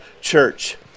church